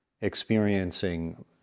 experiencing